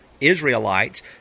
Israelites